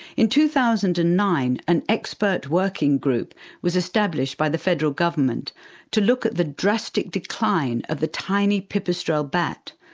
in two thousand and nine an expert working group was established by the federal government to look at the drastic decline of the tiny pipistrelle bat,